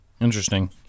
Interesting